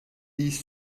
these